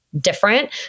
different